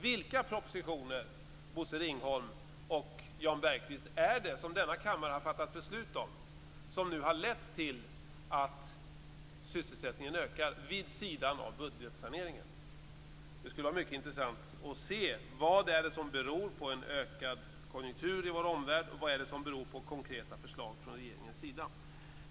Vilka propositioner, Bosse Ringholm och Jan Bergqvist, är det som denna kammare har fattat beslut om som nu har lett till att sysselsättningen ökar vid sidan av budgetsaneringen? Det skulle vara mycket intressant att se vad som beror på en starkare konjunktur i vår omvärld och vad som beror på konkreta förslag från regeringens sida.